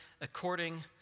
according